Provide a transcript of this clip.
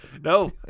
No